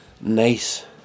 nice